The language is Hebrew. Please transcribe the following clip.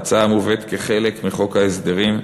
ההצעה מובאת כחלק מחוק ההסדרים.